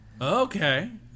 okay